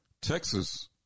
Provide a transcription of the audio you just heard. Texas